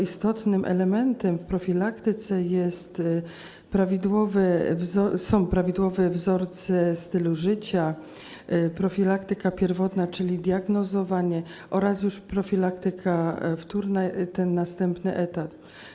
istotnym elementem w profilaktyce są prawidłowe wzorce stylu życia, profilaktyka pierwotna, czyli diagnozowanie, oraz już profilaktyka wtórna, ten następny etap.